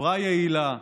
חברה יעילה,